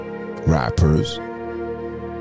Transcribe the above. rappers